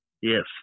Yes